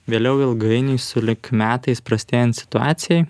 vėliau ilgainiui sulig metais prastėjant situacijai